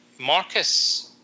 Marcus